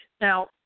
Now